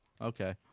Okay